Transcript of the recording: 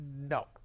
No